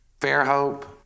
Fairhope